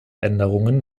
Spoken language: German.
änderungen